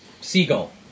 Seagull